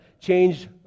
change